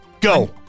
Go